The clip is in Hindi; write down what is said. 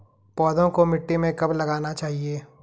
पौधों को मिट्टी में कब लगाना चाहिए?